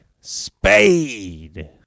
Spade